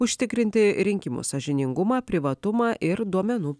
užtikrinti rinkimų sąžiningumą privatumą ir duomenų